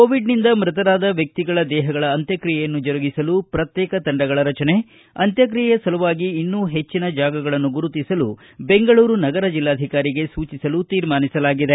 ಕೋವಿಡ್ನಿಂದ ಮೃಕರಾದ ದೇಹಗಳ ಅಂತ್ಯಕ್ತಿಯೆಯನ್ನು ಜರುಗಿಸಲು ಪ್ರಕ್ಶೇಕ ತಂಡಗಳ ರಚನೆ ಅಂತ್ಯಕ್ತಿಯೆಯ ಸಲುವಾಗಿ ಇನ್ನೂ ಹೆಚ್ಚಿನ ಜಾಗಗಳನ್ನು ಗುರುತಿಸಲು ಬೆಂಗಳೂರು ನಗರ ಜಿಲ್ಲಾಧಿಕಾರಿಗೆ ಸೂಚಿಸಲು ತೀರ್ಮಾನಿಸಲಾಗಿದೆ